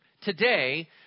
Today